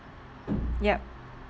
yup